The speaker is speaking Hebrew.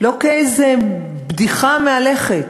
לא כאיזו בדיחה מהלכת,